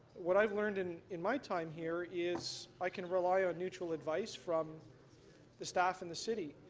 what i've learned in in my time here is i can rely on neutral advice from the staff and the city.